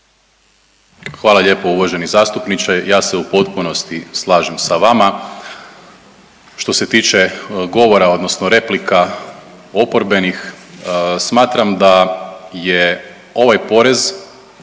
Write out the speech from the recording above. Hvala lijepo uvaženi zastupniče. Ja se u potpunosti slažem sa vama. Što se tiče govora odnosno replika oporbenih smatram da je ovaj porez